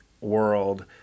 world